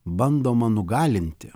bandoma nugalinti